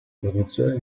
produzione